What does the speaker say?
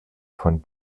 von